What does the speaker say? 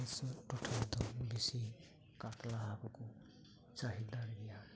ᱟᱞᱮ ᱥᱮᱫᱟᱜ ᱴᱚᱴᱷᱟ ᱨᱮᱫᱚ ᱵᱤᱥᱤ ᱠᱟᱛᱞᱟ ᱦᱟᱹᱠᱩ ᱠᱚ ᱪᱟᱦᱤᱫᱟ ᱜᱮᱭᱟ